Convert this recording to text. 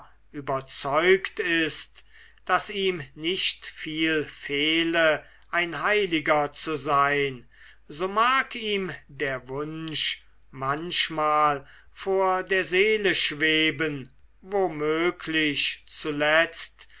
überzeugt ist daß ihm nicht viel fehle ein heiliger zu sein so mag ihm der wunsch manchmal vor der seele schweben womöglich zuletzt